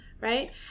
right